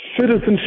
Citizenship